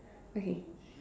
okay